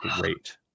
great